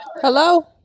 Hello